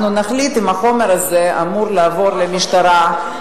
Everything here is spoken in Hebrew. אנחנו נחליט אם החומר הזה אמור לעבור למשטרה,